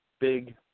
big